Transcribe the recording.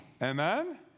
Amen